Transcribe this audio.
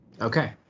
Okay